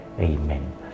Amen